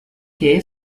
que